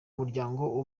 muryango